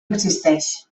existeix